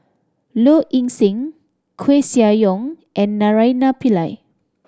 Low Ing Sing Koeh Sia Yong and Naraina Pillai